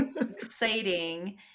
exciting